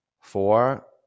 four